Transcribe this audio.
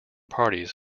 parties